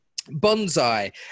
Bonsai